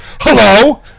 Hello